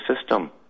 system